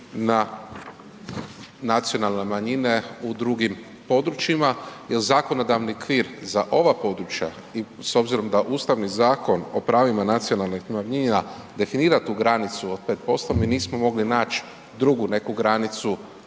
na nacionalne manjine u drugim područjima jer zakonodavni okvir za ova područja i s obzirom da Ustavni zakon o pravima nacionalnih manjina definira tu granicu od 5% mi nismo mogli naći drugu neku granicu